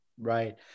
Right